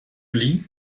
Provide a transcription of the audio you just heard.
lit